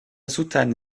soutane